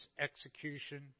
execution